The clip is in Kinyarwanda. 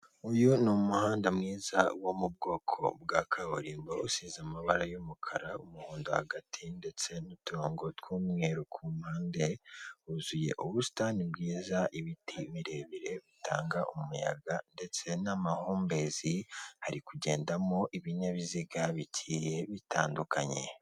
Uyu ni umuhanda mwiza wo mu bwoko bwa kaburimbo, usize amabara y'umukara umuhondo hagati ndetse n'uturongo tw'umweru ku mpande. Huzuye ubusitani bwiza, ibiti birebire bitanga umuyaga ndetse n'amahumbezi. Hari kugendamo ibinyabiziga bigiye bitandukanye.